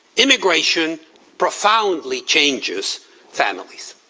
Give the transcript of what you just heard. immigration profoundly changes families.